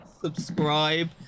subscribe